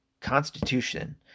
Constitution